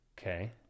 Okay